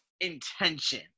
intention